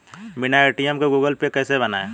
बिना ए.टी.एम के Google Pay कैसे बनायें?